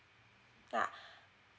ah